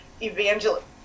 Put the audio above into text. evangelist